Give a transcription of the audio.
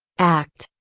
act,